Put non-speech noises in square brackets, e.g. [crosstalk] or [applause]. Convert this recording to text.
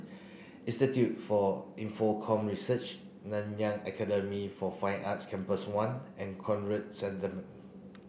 Institute for Infocomm Research Nanyang Academy for Fine Arts Campus one and Conrad [unintelligible]